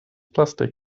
plastik